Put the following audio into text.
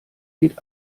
geht